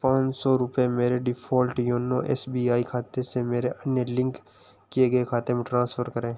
पाँच सौ रुपये मेरे default YONO S B I खाते से मेरे अन्य लिंक किए गए खाते में ट्रांसफ़र करें